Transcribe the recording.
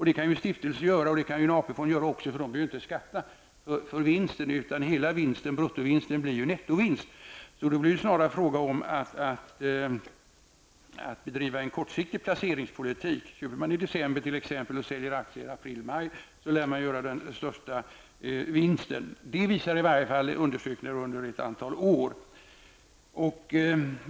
Det kan en stiftelse göra, och det kan en AP-fond också göra, eftersom de inte behöver skatta för vinsten, utan hela bruttovinsten blir en nettovinst. Det blir snarare fråga om att bedriva en kortsiktig placeringspolitik. Köper man t.ex. aktier i december och säljer i aprilmaj, lär man göra den största vinsten. Det visar i varje fall undersökningar som gjorts under ett antal år.